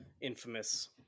infamous